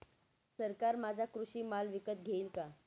सरकार माझा कृषी माल विकत घेईल का?